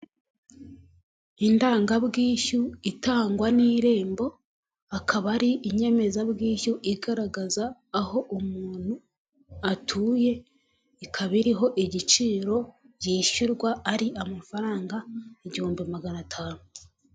Indangabwishyu itangwa n'irembo, akaba ari inyemezabwishyu igaragaza aho umuntu atuye, ikaba iriho igiciro yishyurwa, ari amafaranga igihumbi magana atanu.